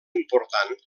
important